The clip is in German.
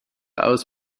aus